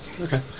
Okay